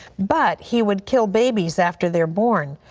but he would kill babies after they are born,